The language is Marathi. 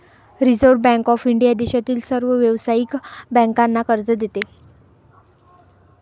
रिझर्व्ह बँक ऑफ इंडिया देशातील सर्व व्यावसायिक बँकांना कर्ज देते